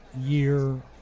year